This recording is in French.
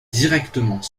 directement